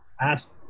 asked